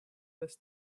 best